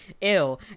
ew